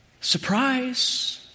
Surprise